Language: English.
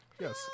Yes